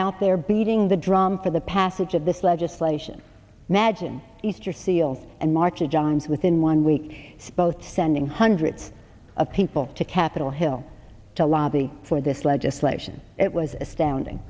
out there beating the drum for the passage of this legislation magine easter seals and march of johns within one week s'posed sending hundreds of people to capitol hill to lobby for this legislation it was astounding